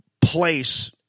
place